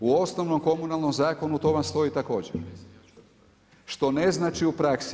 U osnovnom komunalnom zakonu to vam stoji također, što ne znači u praksi.